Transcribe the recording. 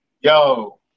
yo